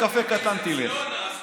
רוצה קפה קטן, תלך.